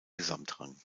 gesamtrang